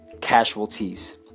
casualties